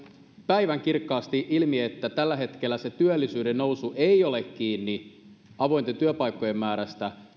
päivänkirkkaasti ilmi että tällä hetkellä työllisyyden nousu ei ole kiinni avointen työpaikkojen määrästä